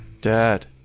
Dad